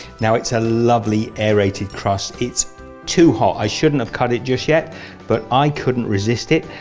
now it's a lovely aerated crust, it's too hot, i shouldn't have cut it just yet but i couldn't resist it.